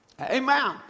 Amen